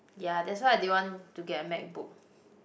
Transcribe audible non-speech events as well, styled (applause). ya that's why I didn't want to get a MacBook (breath)